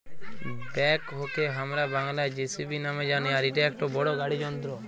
ব্যাকহোকে হামরা বাংলায় যেসিবি নামে জানি আর ইটা একটো বড় গাড়ি যন্ত্র